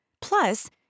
Plus